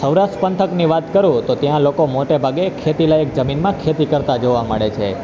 સૌરાષ્ટ્ર પંથકની વાત કરું તો ત્યાં લોકો મોટે ભાગે ખેતીલાયક જમીનમાં ખેતી કરતા જોવા મળે છે